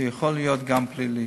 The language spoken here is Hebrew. שזה יכול להיות גם פלילי.